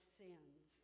sins